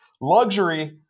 luxury